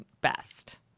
best